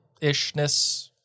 ishness